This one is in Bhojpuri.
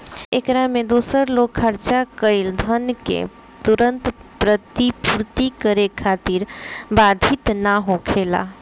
एकरा में दूसर लोग खर्चा कईल धन के तुरंत प्रतिपूर्ति करे खातिर बाधित ना होखेला